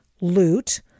loot